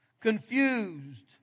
confused